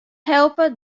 helpe